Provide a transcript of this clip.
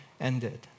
ended